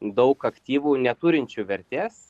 daug aktyvų neturinčių vertės